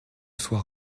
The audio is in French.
soit